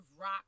rock